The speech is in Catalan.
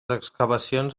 excavacions